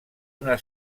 una